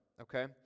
okay